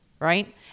right